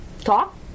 talk